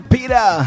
Peter